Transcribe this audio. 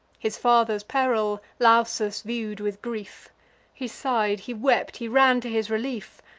his father's peril lausus view'd with grief he sigh'd, he wept, he ran to his relief.